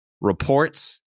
reports